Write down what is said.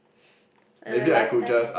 at the last time